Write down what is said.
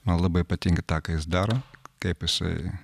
man labai patinka tą ką jis daro kaip jisai